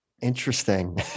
Interesting